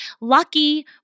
Lucky